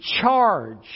charge